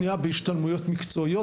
ופעם שניה בהשתלמויות מקצועיות,